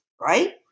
right